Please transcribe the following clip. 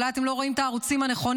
אולי אתם לא רואים את הערוצים הנכונים,